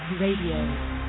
RADIO